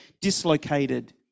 dislocated